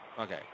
Okay